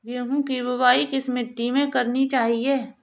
गेहूँ की बुवाई किस मिट्टी में करनी चाहिए?